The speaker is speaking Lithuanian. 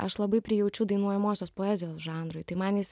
aš labai prijaučiu dainuojamosios poezijos žanrui tai man jis